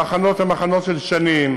וההכנות הן הכנות של שנים.